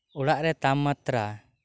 ᱚᱲᱟᱜ ᱨᱮ ᱛᱟᱯᱢᱟᱛᱨᱟ